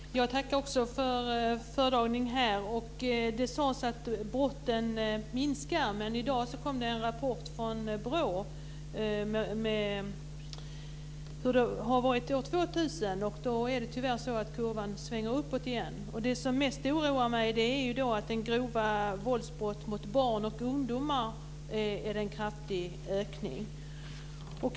Fru talman! Jag tackar också för föredragningen. Det sades att antalet brott minskar, men i dag kom en rapport från BRÅ om hur det har varit år 2000. Det är tyvärr så att kurvan svänger uppåt igen. Det som mest oroar mig är att det är en kraftig ökning vad gäller grova våldsbrott mot barn och ungdomar.